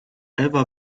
ewa